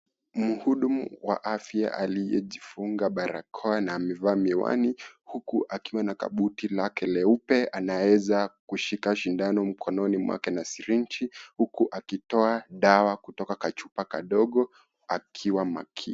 Mhudumu wa afya aliyejifunga barakoa na amevaa miwani huku akiwa na kabuti lake leupe anaeza kushika shindano mkononi mwake na sirinji, huku akitoa dawa kutoka kachupa kadogo akiwa makini.